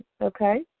Okay